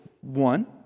one